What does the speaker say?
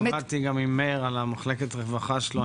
עבדתי גם עם מאיר יצחק הלוי על מחלקת הרווחה שלו,